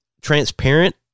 transparent